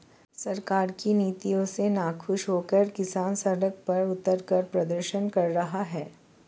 सरकार की नीतियों से नाखुश होकर किसान सड़क पर उतरकर प्रदर्शन कर रहे हैं